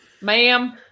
Ma'am